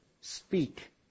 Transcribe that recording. speak